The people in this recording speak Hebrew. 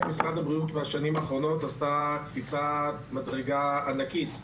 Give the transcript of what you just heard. משרד הבריאות בהחלט עשה בשנים האחרונות קפיצת מדרגה ענקית,